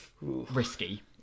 Risky